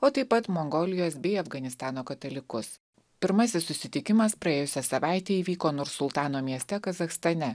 o taip pat mongolijos bei afganistano katalikus pirmasis susitikimas praėjusią savaitę įvyko nursultano mieste kazachstane